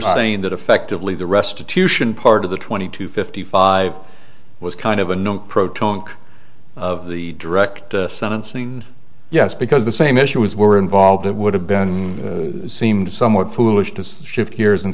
saying that effectively the restitution part of the twenty to fifty five was kind of a known pro tunc of the direct sentencing yes because the same issues were involved it would have been seemed somewhat foolish to shift gears and